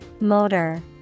Motor